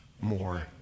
more